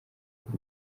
b’u